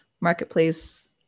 marketplace